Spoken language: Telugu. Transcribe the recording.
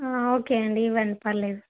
ఓకే అండి ఇవ్వండి పర్లేదు